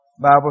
Bible